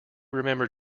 remember